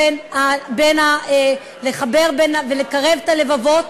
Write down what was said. לחבר ולקרב את הלבבות.